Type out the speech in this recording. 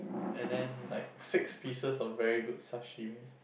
and then like six pieces of very good sashimi